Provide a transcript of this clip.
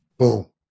Boom